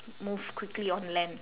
move quickly on land